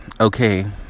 Okay